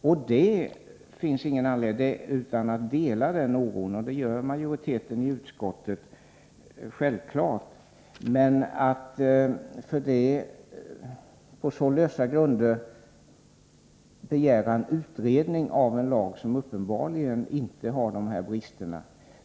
Jag och majoriteten i utskottet delar självfallet denna oro. Men därmed kan man inte på så lösa grunder begära en utredning för översyn av en lag som uppenbarligen inte har dessa brister.